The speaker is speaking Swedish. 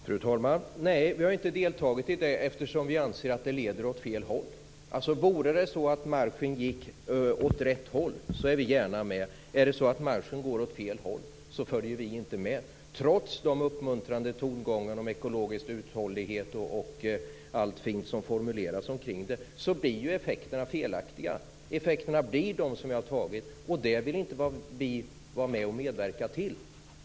Fru talman! Nej, vi har inte deltagit i det eftersom vi anser att det leder åt fel håll. Vore det så att marschen gick åt rätt håll, hade vi gärna varit med. Men är det så att marschen går åt fel håll, följer vi inte med. Trots de uppmuntrande tongångarna om ekologisk uthållighet och allt fint som formuleras, blir ju effekterna felaktiga. Effekterna blir de som jag har tagit upp, och det vill inte vi vara med och medverka till.